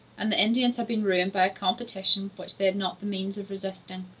and the indians have been ruined by a competition which they had not the means of resisting.